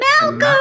Malcolm